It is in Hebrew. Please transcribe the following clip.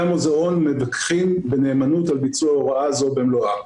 המוזיאון מפקחים בנאמנות על ביצוע הוראה זו במלואה.